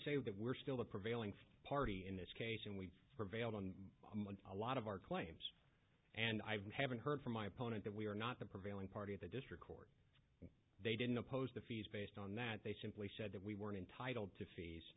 say that we're still the prevailing party in this case and we prevailed on a month a lot of our claims and i've haven't heard from my opponent that we are not the prevailing party of the district and they didn't oppose the fees based on that they simply said that we weren't entitled to f